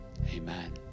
Amen